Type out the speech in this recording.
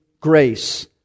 grace